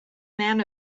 man